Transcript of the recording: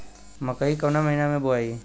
मकई कवना महीना मे बोआइ?